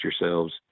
yourselves